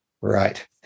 Right